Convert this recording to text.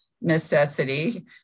necessity